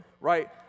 right